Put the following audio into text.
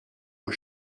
aux